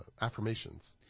affirmations